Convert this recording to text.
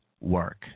work